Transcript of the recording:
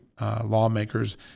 Lawmakers